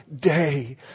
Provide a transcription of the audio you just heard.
day